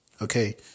okay